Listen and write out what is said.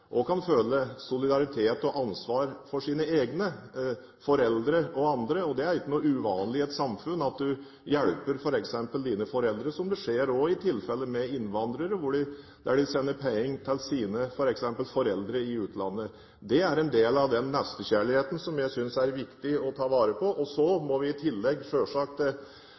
andre, kan føle solidaritet og ansvar for sine egne, foreldre og andre. Det er ikke uvanlig i et samfunn at du f.eks. hjelper dine foreldre, som man også ser er tilfellet hos innvandrere som sender penger til sine foreldre i utlandet. Det er en del av den nestekjærligheten som jeg synes det er viktig å ta vare på. Så må vi i tillegg